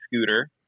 scooter